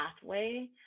pathway